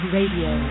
Radio